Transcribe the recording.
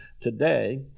today